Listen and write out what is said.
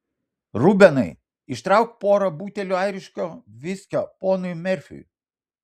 rubenai ištrauk porą butelių airiško viskio ponui merfiui